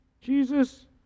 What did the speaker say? Jesus